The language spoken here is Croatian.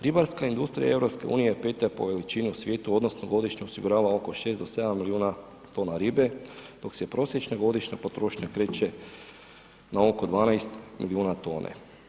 Ribarska industrija EU-a je peta po veličini u svijetu odnosno godišnje osigurava oko 6 do 7 milijuna tona ribe dok se prosječna godišnja potrošnja kreće na oko 12 milijuna tone.